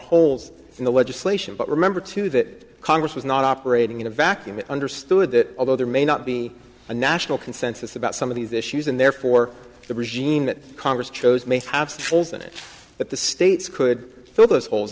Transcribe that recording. holes in the legislation but remember too that congress was not operating in a vacuum it understood that although there may not be a national consensus about some of these issues and therefore the regime that congress chose may have holes in it that the states could fill those holes